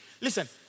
Listen